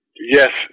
Yes